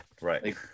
Right